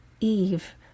Eve